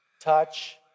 touch